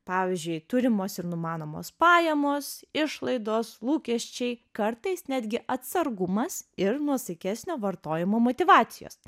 pavyzdžiui turimos ir numanomos pajamos išlaidos lūkesčiai kartais netgi atsargumas ir nuosaikesnio vartojimo motyvacijos